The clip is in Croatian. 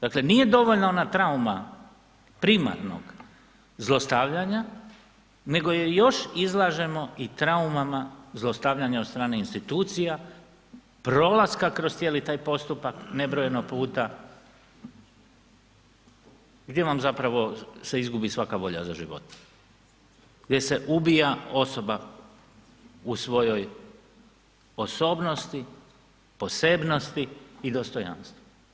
Dakle nije dovoljna ona trauma primarnog zlostavljanja nego je još izlažemo i traumama zlostavljanja od strane institucija, prolaska kroz cijeli taj postupak nebrojeno puta gdje vam se zapravo izgubi svaka volja za životom, gdje se ubija osoba u svojoj osobnosti, posebnosti i dostojanstvu.